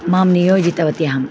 मां नियोजितवती अहम्